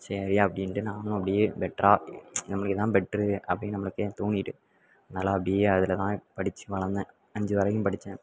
சரி அப்படின்ட்டு நானும் அப்படியே பெட்ராக நம்மளுக்கு இதுதான் பெட்ரு அப்படின்னு நம்மளுக்கே தோணிவிட்டு அதனால் அப்படியே அதில்தான் படித்து வளர்ந்தேன் அஞ்சு வரைக்கும் படித்தேன்